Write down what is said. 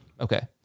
Okay